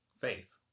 faith